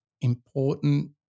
important